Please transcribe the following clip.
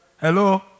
Hello